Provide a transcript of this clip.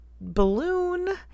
balloon